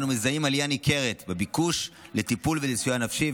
ואנו מזהים עלייה ניכרת בביקוש לטיפול ולסיוע נפשי,